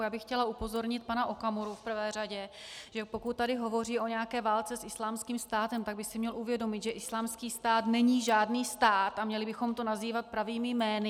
Já bych chtěla upozornit pana Okamuru v prvé řadě, že pokud tady hovoří o nějaké válce s Islámským státem, tak by si měl uvědomit, že Islámský stát není žádný stát a měli bychom to nazývat pravými jmény.